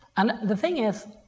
and the thing is